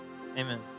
amen